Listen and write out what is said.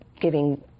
giving